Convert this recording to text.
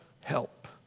help